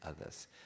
others